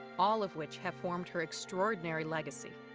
all of which have formed her extraordinary legacy.